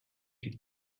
did